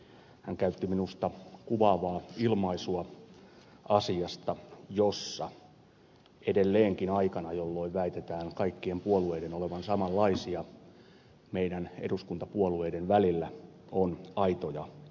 hän käytti minusta kuvaavaa ilmaisua asiasta jossa edelleenkin aikana jolloin väitetään kaikkien puolueiden olevan samanlaisia meidän eduskuntapuolueiden välillä on aitoja eroja